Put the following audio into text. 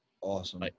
Awesome